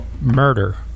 murder